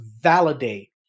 validate